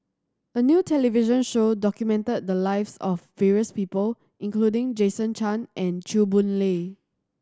a new television show documented the lives of various people including Jason Chan and Chew Boon Lay